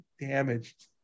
damaged